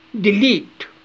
delete